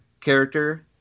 character